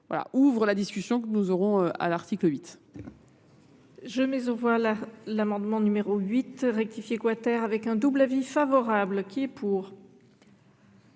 fond, la discussion que nous aurons à l’article 8.